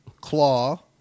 claw